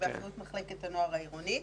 שבאחריות מחלקת הנוער העירונית,